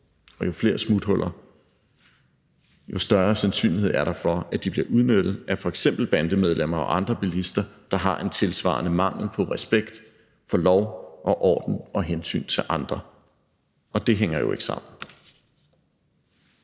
og jo flere smuthuller, jo større sandsynlighed er der for, at de bliver udnyttet af f.eks. bandemedlemmer og andre bilister, der har en tilsvarende mangel på respekt for lov og orden og hensyn til andre, og det hænger jo ikke sammen.